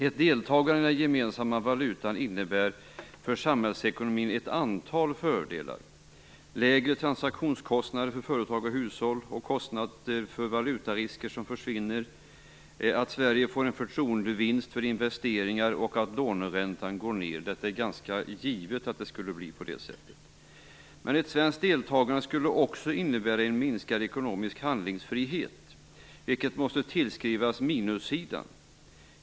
Ett deltagande i den gemensamma valutaunionen innebär ett antal fördelar för samhällsekonomin: Sverige får en förtroendevinst för investeringar låneräntan går ned Det är ganska givet att det blir så här. Men ett svenskt deltagande skulle också innebära en minskad ekonomisk handlingsfrihet, vilket måste tillskrivas minussidan.